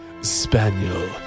Spaniel